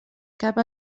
cap